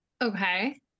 Okay